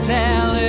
tell